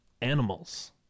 animals